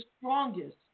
strongest